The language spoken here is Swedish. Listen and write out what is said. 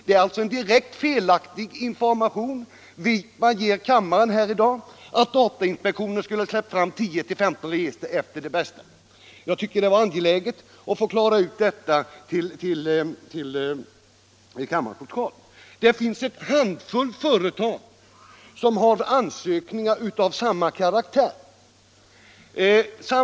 Det är alltså en direkt felaktig information som herr Wijkman ger kammaren häri dag, att datainspektionen skulle ha släppt fram 10-15 register efter Det Bästa-beslutet. Jag tyckte det var angeläget att få klara ut detta till kammarens protokoll. Det finns en handfull företag som har ansökningar av samma karaktär inne.